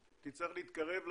אתה יכול להתמודד לכנסת,